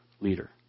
leader